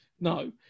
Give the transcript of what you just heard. No